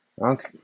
Okay